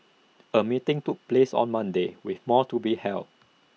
A meeting took place on Monday with more to be held